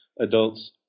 adults